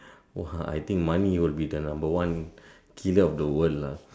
!wah! I think money is the number one killer of the world lah